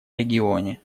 регионе